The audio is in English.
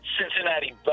Cincinnati